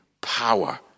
power